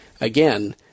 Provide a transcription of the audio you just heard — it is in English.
again